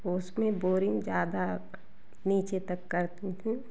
उसमें बोरिंग ज़्यादा नीचे तक करते थे